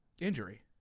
Injury